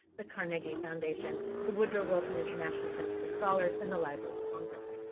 the carnegie foundation, the woodrow wilson international center for scholars and the library of congress.